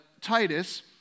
Titus